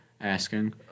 asking